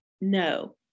No